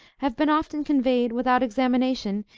have been often conveyed, without examination,